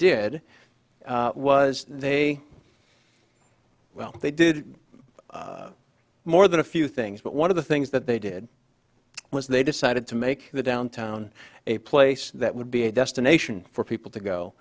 did was they well they did more than a few things but one of the things that they did was they decided to make the downtown a place that would be a destination for people to go